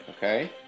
Okay